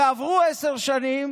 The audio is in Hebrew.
ועברו עשר שנים